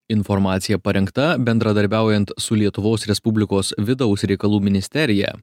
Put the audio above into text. informacija parengta bendradarbiaujant su lietuvos respublikos vidaus reikalų ministerija